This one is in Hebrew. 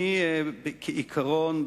כעיקרון,